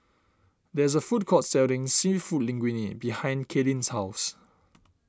there is a food court selling Seafood Linguine behind Cailyn's house